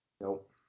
Nope